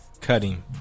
Cutting